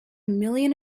million